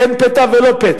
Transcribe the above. כן פתע ולא פתע,